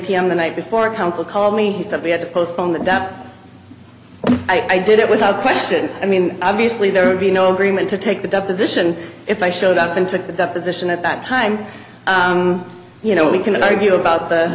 pm the night before counsel called me he said he had to postpone that that i did it without question i mean obviously there would be no agreement to take the deposition if i showed up and took the deposition at that time you know we can argue about the